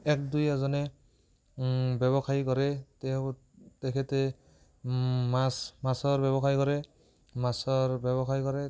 এক দুই এজনে ব্য়ৱসায় কৰে তেওঁ তেখেতে মাছ মাছৰ ব্য়ৱসায় কৰে মাছৰ ব্য়ৱসায় কৰে